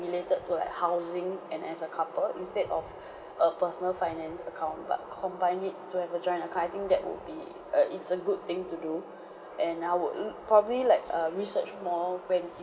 related to like housing and as a couple instead of a personal finance account but combine it to have a joint account I think that would be a it's a good thing to do and I would l~ probably like uh research more when it